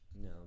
No